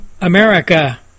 America